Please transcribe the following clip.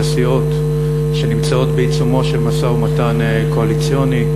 לסיעות שנמצאות בעיצומו של משא-ומתן קואליציוני,